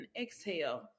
exhale